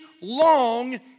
long